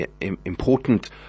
important